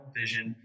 vision